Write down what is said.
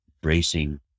bracing